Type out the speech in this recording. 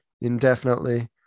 indefinitely